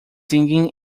singing